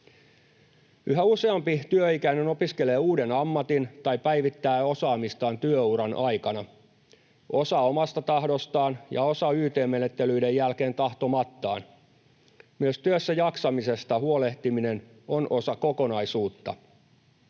Yhä useampi työikäinen opiskelee uuden ammatin tai päivittää osaamistaan työuran aikana, osa omasta tahdostaan ja osa yt-menettelyiden jälkeen tahtomattaan. Myös työssäjaksamisesta huolehtiminen on osa kokonaisuutta.